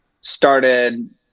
started